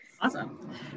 Awesome